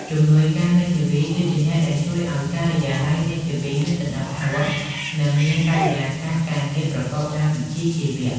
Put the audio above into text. ជំនួយការមេធាវីគឺជាអ្នកដែលជួយឱ្យការិយាល័យមេធាវីមានសណ្តាប់ធ្នាប់ និងមានបរិយាកាសការងារប្រកបដោយវិជ្ជាជីវៈ។